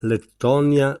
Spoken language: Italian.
lettonia